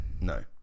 no